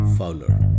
Fowler